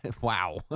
Wow